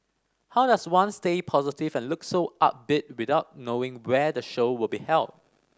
how does one stay positive and look so upbeat without knowing where the show will be held